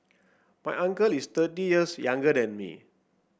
my uncle is thirty years younger than me